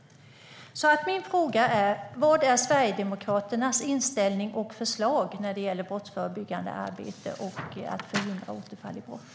Min fråga är alltså: Vad är Sverigedemokraternas inställning och förslag när det gäller brottsförebyggande arbete och att förhindra återfall i brott?